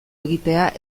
egitea